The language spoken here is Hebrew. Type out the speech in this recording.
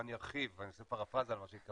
או אני ארחיב, אני אעשה פרפרזה על מה שהתכוונת,